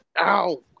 Ow